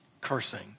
cursing